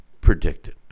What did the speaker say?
predicted